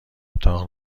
اتاق